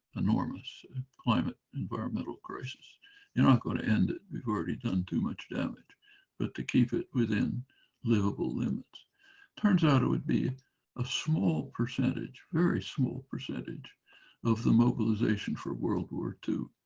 enormous climate environmental crisis you're not going to end it we've already done too much damage but to keep it within livable limits turns out it would be a small percentage very small percentage of the mobilization for world war two